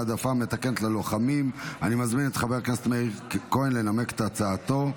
העדפה מתקנת ללוחמים) אני מזמין את חבר הכנסת מאיר כהן לנמק את הצעתו,